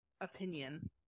opinion